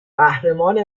قهرمان